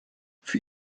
für